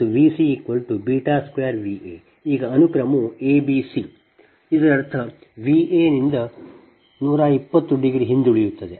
ಈಗ ಅನುಕ್ರಮವು a b c ಇದರರ್ಥ V a ನಿಂದ 120 ಹಿಂದುಳಿಯುತ್ತದೆ